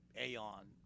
Aeon